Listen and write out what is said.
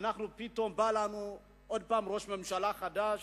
פתאום בא לנו ראש ממשלה חדש,